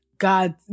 God